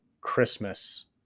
Christmas